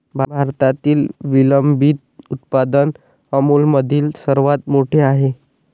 भारतातील विलंबित उत्पादन अमूलमधील सर्वात मोठे आहे